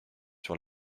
sur